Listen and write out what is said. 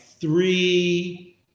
Three